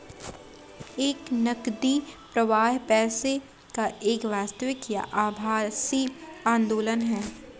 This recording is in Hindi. एक नकदी प्रवाह पैसे का एक वास्तविक या आभासी आंदोलन है